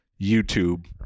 YouTube